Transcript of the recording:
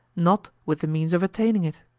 not with the means of attaining it.